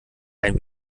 ein